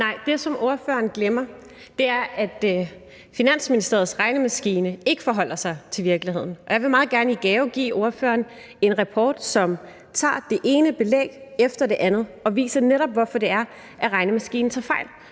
Nej, det, som ordføreren glemmer, er, at Finansministeriets regnemaskine ikke forholder sig til virkeligheden. Og jeg vil meget gerne i gave give ordføreren en rapport, som tager det ene belæg efter det andet og netop viser, hvorfor det er, at regnemaskinen tager fejl.